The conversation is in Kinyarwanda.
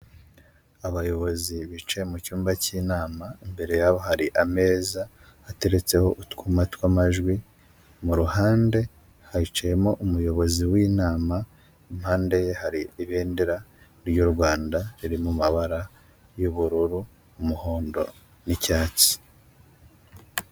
Abayobozi bicaye mu cyumba cy'inama, imbere yabo hari ameza ateretseho utwuma tw'amajwi, mu ruhande hicayemo umuyobozi w'inama, impande ye hari ibendera ry'u Rwanda riri mu mabara y'ubururu, umuhondo n'icyatsi.